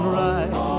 right